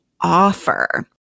offer